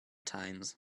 times